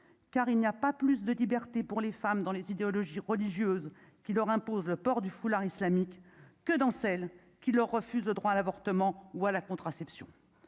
car il n'y a pas plus de liberté pour les femmes dans les idéologies religieuses qui leur impose le port du foulard islamique que dans celles qui leur refusent le droit à l'avortement ou à la contraception,